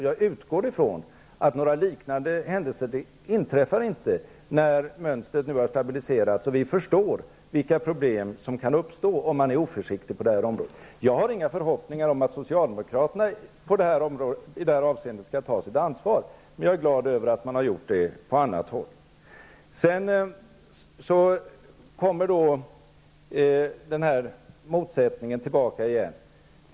Jag utgår ifrån att några liknande händelser inte inträffar när mönstret nu har stabiliserats och vi förstår vilka problem som kan uppstå om man är oförsiktig på det här området. Jag har inga förhoppningar om att socialdemokraterna skall ta sitt ansvar i det avseendet. Men jag är glad över att man har gjort det på annat håll. Sedan kommer motsättningen tillbaka igen.